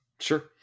Sure